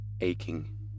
aching